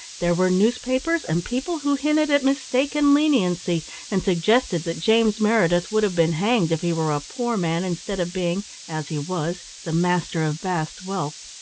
there were newspapers and people who hinted at mistaken leniency and suggested that james meredith would have been hanged if he were a poor man instead of being, as he was, the master of vast wealth.